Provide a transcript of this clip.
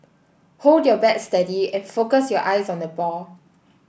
hold your bat steady and focus your eyes on the ball